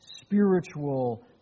spiritual